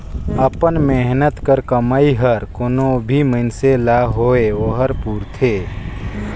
अपन मेहनत कर कमई हर कोनो भी मइनसे ल होए ओहर पूरथे